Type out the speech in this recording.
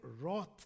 wrath